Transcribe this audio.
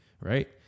right